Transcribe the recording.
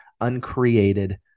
uncreated